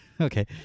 Okay